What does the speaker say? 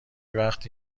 وقتی